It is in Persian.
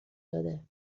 داده